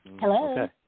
Hello